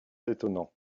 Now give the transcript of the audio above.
étonnants